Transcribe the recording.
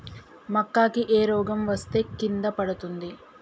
మక్కా కి ఏ రోగం వస్తే కింద పడుతుంది?